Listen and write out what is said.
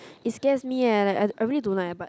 it scares me eh like I I really don't like ah but